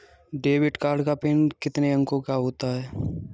Debit card का PIN कितने अंकों का होता है?